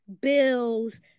Bills